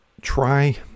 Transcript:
try